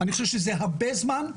אני חושב שזה הרבה זמן,